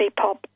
pop